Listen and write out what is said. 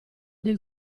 del